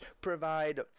provide